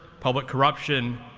public corruption,